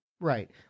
Right